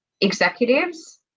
executives